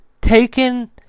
taken